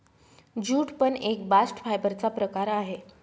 jute पण एक bast fibre चा प्रकार आहे